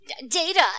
data